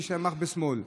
מי שתמך בשמאל.